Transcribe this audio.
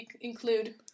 include